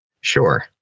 Sure